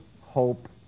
hope